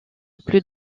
plus